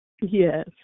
Yes